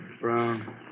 brown